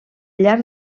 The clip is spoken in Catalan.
llarg